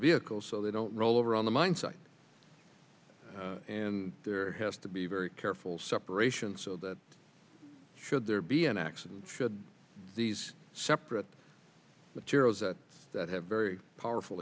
vehicle so they don't roll over on the mine site and there has to be very careful separation so that should there be an accident should these separate materials that that have very powerful